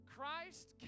Christ